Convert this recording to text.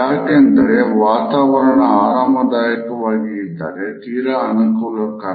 ಯಾಕೆಂದರೆ ವಾತಾವರಣ ಆರಾಮದಾಯಕವಾಗಿ ಇದ್ದರೆ ತೀರ ಅನುಕೂಲಕರ